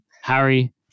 Harry